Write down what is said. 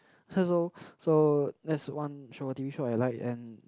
so so there's one show t_v show I like and